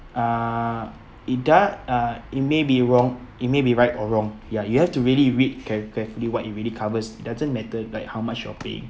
uh it do~ uh it may be wrong it may be right or wrong ya you have to really read care~ carefully what it really covers doesn't matter like how much you are paying